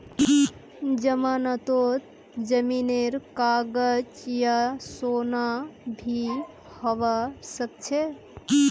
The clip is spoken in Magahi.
जमानतत जमीनेर कागज या सोना भी हबा सकछे